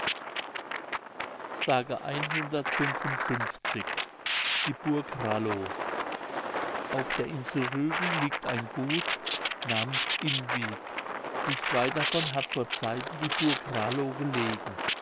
die burg ralow auf der insel rügen liegt ein gut namens in wiek nicht weit davon hat vorzeiten die burg ralow gelegen